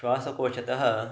श्वासकोशतः